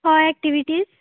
हय एक्टिविटीज